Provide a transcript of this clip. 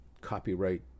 copyright